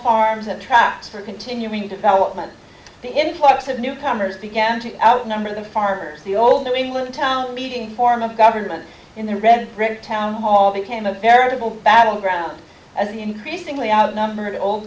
farms and tracts for continuing development the influx of new comers began to outnumber the farmers the old england town meeting form of government in the red river town hall became a veritable battleground as the increasingly outnumbered old